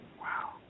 wow